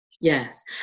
Yes